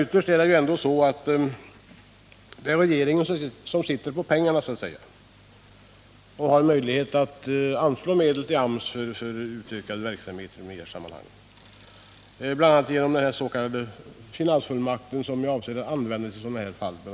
Ytterst är det dock regeringen som sitter på pengarna så att säga och har möjlighet att anslå medel till AMS för utökad verksamhet i detta sammanhang, bl.a. genom den s.k. finansfullmakten, som är avsedd att användas i sådana här fall.